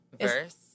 Verse